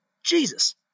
Jesus